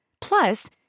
Plus